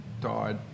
died